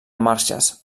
marxes